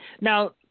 Now